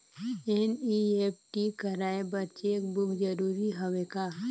NEFT कराय बर cheque book जरूरी हवय का?